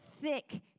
thick